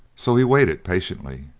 so he waited patiently,